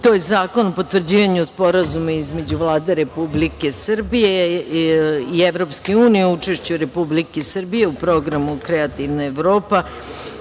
to je Zakon o potvrđivanju Sporazuma između Vlade Republike Srbije i Evropske unije o učešću Republike Srbije u programu Kreativna Evropa. Ovaj